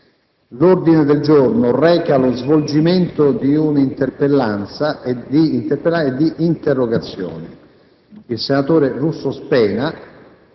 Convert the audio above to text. L'ordine del giorno reca lo svolgimento di un'interpellanza e di interrogazioni. Sarà svolta